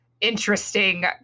interesting